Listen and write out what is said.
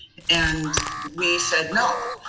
and we said no.